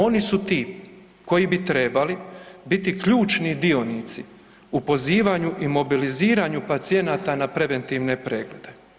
Oni su ti koji bi trebali biti ključni dionici u pozivanju i mobiliziranju pacijenata na preventivne preglede.